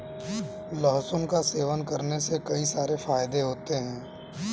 लहसुन का सेवन करने के कई सारे फायदे होते है